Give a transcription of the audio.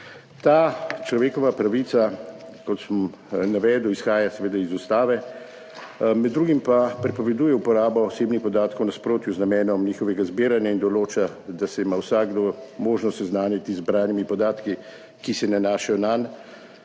Ta človekova pravica, kot sem navedel, izhaja seveda iz Ustave, med drugim pa prepoveduje uporabo osebnih podatkov v nasprotju z namenom njihovega zbiranja in določa, da se ima vsakdo možnost seznaniti z zbranimi podatki, ki se nanašajo nanj,